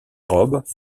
robes